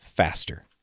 faster